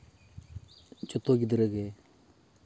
ᱡᱷᱚᱛᱚ ᱜᱤᱫᱽᱨᱟᱹᱜᱮ